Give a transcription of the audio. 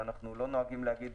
לא נוהגים להגיד